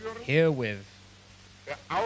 herewith